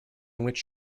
which